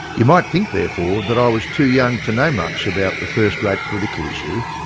you might think therefore that i was too young to know much about the first great political issue,